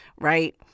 right